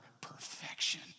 perfection